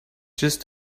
just